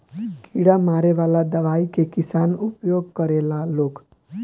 कीड़ा मारे वाला दवाई के किसान उपयोग करेला लोग